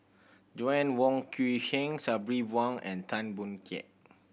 Joanna Wong Quee Heng Sabri Buang and Tan Boon Teik